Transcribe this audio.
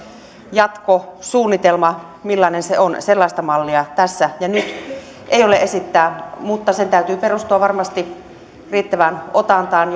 jatkosuunnitelma millainen se on sellaista mallia tässä ja nyt ei ole esittää mutta sen täytyy perustua varmasti riittävään otantaan